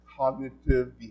Cognitive